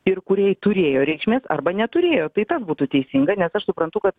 ir kuriai turėjo reikšmės arba neturėjo tai būtų teisinga nes aš suprantu kad